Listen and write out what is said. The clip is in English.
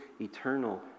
eternal